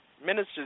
Ministers